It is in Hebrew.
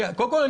קודם כול,